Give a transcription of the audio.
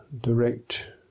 direct